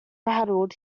rattled